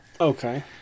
Okay